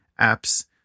apps